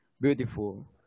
Beautiful